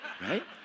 Right